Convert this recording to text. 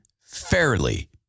fairly